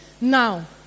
now